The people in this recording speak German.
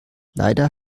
leider